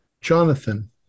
Jonathan